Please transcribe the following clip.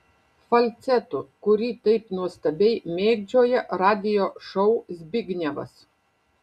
falcetu kurį taip nuostabiai mėgdžioja radijo šou zbignevas